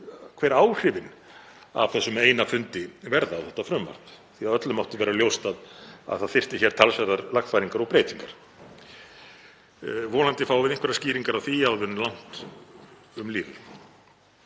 hver áhrifin af þessum eina fundi verða á þetta frumvarp því að öllum mátti vera ljóst að það þurfti talsverðar lagfæringar og breytingar. Vonandi fáum við einhverjar skýringar á því áður en langt um líður.